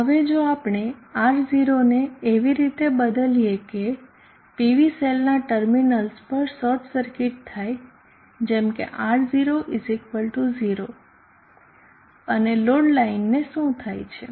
હવે જો આપણે R0 ને એવી રીતે બદલીએ કે Pv સેલના ટર્મિનલ્સ પર શોર્ટ સર્કિટ થાય જેમ કે R 0 0 અને લોડ લાઇનને શું થાય છે